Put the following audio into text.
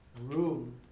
room